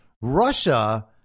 Russia